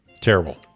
Terrible